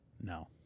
No